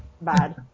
bad